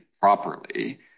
properly